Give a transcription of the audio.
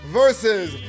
versus